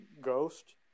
Ghost